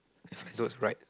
it's flying towards right